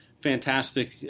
fantastic